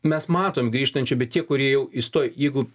mes matom grįžtančių bet tie kurie jau įstoję jeigu